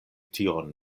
tion